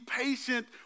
patient